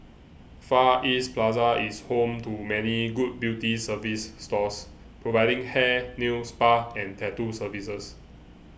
Far East Plaza is home to many good beauty service stores providing hair nail spa and tattoo services